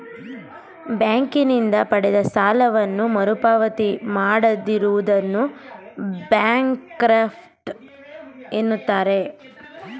ಬ್ಯಾಂಕಿನಿಂದ ಪಡೆದ ಸಾಲವನ್ನು ಮರುಪಾವತಿ ಮಾಡದಿರುವುದನ್ನು ಬ್ಯಾಂಕ್ರಫ್ಟ ಎನ್ನುತ್ತಾರೆ